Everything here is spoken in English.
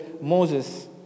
Moses